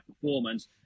performance